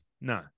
No